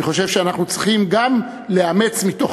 אני חושב שאנחנו צריכים גם לאמץ מתוך